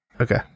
Okay